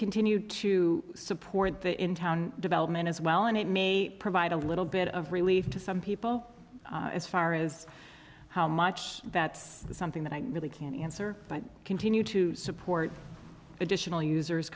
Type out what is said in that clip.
continue to support the in town development as well and it may provide a little bit of relief to some people as far as how much that's something that i really can't answer but continue to support additional users